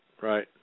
right